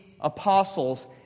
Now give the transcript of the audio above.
apostles